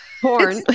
porn